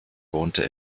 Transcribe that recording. wohnte